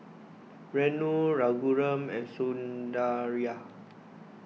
Renu Raghuram and Sundaraiah